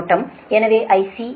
எனவே IC IC என்பது அந்த 148